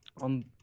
on